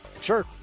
Sure